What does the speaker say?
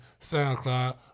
SoundCloud